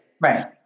right